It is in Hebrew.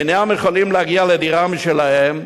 אינם יכולים להגיע לדירה משלהם,